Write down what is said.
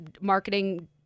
marketing